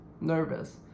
nervous